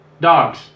dogs